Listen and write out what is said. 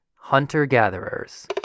hunter-gatherers